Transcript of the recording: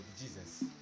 jesus